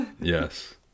Yes